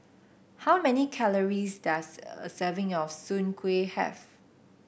how many calories does a serving of Soon Kueh have